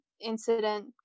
incident